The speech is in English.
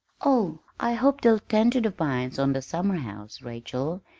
oh, i hope they'll tend to the vines on the summerhouse, rachel,